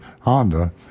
Honda